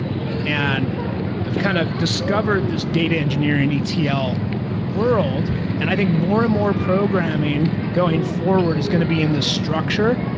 and i've kind of discover this data engineering ah etl world, and i think more and more programming going forward is going to be in this structure.